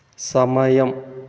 సమయం